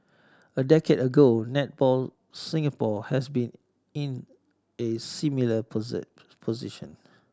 a decade ago Netball Singapore has been in a similar position